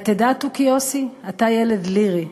// התדע, תוכי יוסי, אתה ילד לירי.